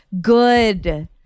good